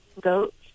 goats